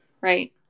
right